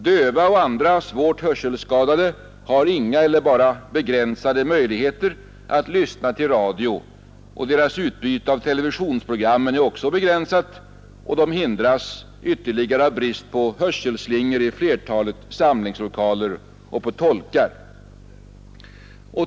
Döva och andra svårt hörselskadade har ringa eller bara begränsade möjligheter att lyssna på radio, och deras utbyie av televisionsprogrammen är också begränsade. De utestängs ytterligare genom brist på hörselslingor i flertalet samlingslokaler och brist på tolkar.